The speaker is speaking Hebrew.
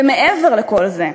ומעבר לכל זה,